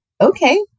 okay